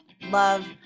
Love